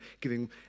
giving